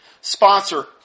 Sponsor